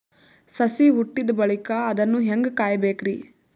ಸಸಿ ಹುಟ್ಟಿದ ಬಳಿಕ ಅದನ್ನು ಹೇಂಗ ಕಾಯಬೇಕಿರಿ?